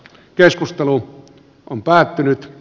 keskustelu on päättynyt